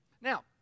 Now